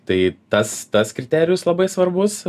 tai tas tas kriterijus labai svarbus